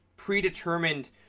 predetermined